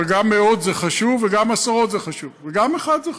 אבל גם מאות זה חשוב וגם עשרות זה חשוב וגם אחד זה חשוב.